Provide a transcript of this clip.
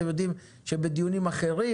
אתם יודעים שבדיונים אחרים